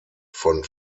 von